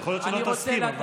יכול להיות שלא תסכים, אבל.